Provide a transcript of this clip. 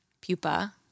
Pupa